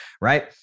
right